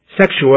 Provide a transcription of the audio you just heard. sexual